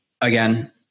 again